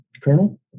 Colonel